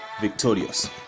victorious